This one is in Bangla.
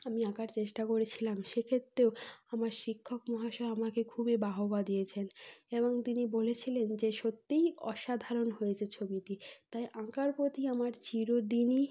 আমি আঁকার চেষ্টা করেছিলাম সেক্ষেত্রেও আমার শিক্ষক মহাশয় আমাকে খুবই বাহবা দিয়েছেন এবং তিনি বলেছিলেন যে সত্যিই অসাধারণ হয়েছে ছবিটি তাই আঁকার প্রতি আমার চিরদিনই